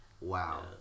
Wow